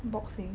boxing